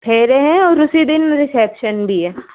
फेरे हैं और उसी दिन रिसेप्शन भी है